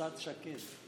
שלוש דקות,